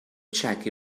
jackie